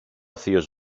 θείος